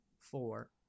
four